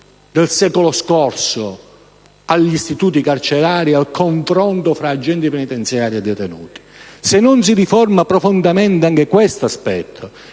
del secolo scorso agli istituti carcerari e al confronto fra agenti penitenziari e detenuti. Se non si riforma profondamente anche questo aspetto